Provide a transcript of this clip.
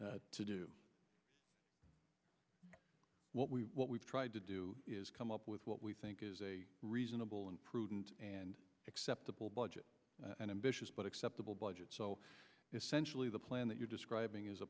g to do what we what we've tried to do is come up with what we think is a reasonable and prudent and acceptable budget an ambitious but acceptable budget so essentially the plan that you're describing is a